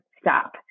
stop